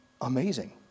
amazing